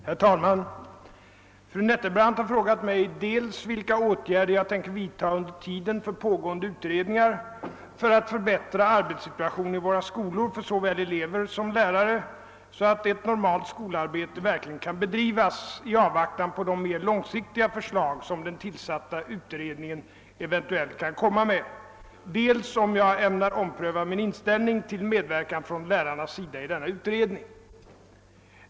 Herr talman! Fru Nettelbrandt har frågat mig dels vilka åtgärder jag tänker vidta under tiden för pågående utredning för att förbättra arbetssituationen i våra skolor för såväl elever som lärare så att ett normalt skolarbete verkligen kan bedrivas i avvaktan på de mer långsiktiga förslag, som den tillsatta utredningen eventuellt kan komma med, dels om jag ämnar ompröva min inställning till medverkan från lärarnas sida i denna utredning.